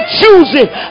choosing